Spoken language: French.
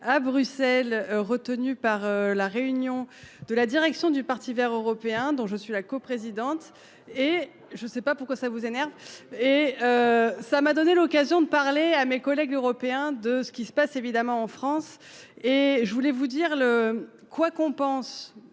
à Bruxelles. Retenu par la réunion de la direction du Parti Vert européen dont je suis la coprésidente. Et je sais pas pourquoi ça vous énerve et. Ça m'a donné l'occasion de parler à mes collègues européens de ce qui se passe évidemment en France et je voulais vous dire le quoi qu'on pense